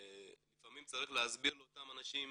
לפעמים צריך להסביר לאותם אנשים